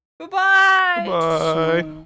Goodbye